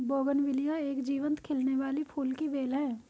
bougainvillea एक जीवंत खिलने वाली फूल की बेल है